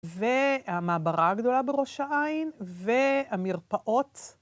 והמעברה הגדולה בראש העין, והמרפאות